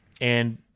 and-